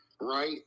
right